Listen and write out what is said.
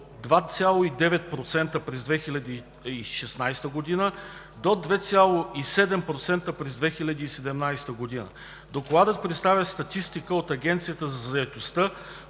2,9% през 2016 г. до 2,7% през 2017 г. Докладът предоставя статистика от Агенцията по заетостта,